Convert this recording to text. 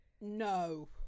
no